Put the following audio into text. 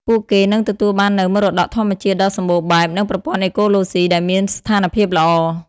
ពួកគេនឹងទទួលបាននូវមរតកធម្មជាតិដ៏សម្បូរបែប និងប្រព័ន្ធអេកូឡូស៊ីដែលមានស្ថានភាពល្អ។